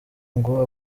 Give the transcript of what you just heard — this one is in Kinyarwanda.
ngo